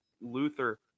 Luther